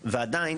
ועדיין,